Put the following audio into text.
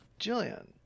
Jillian